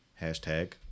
hashtag